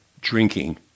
drinking